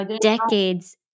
decades